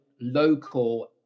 local